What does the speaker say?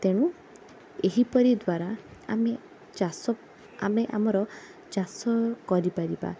ତେଣୁ ଏହିପରି ଦ୍ଵାରା ଆମେ ଚାଷ ଆମେ ଆମର ଚାଷ କରିପାରିବା